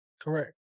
Correct